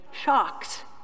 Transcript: shocked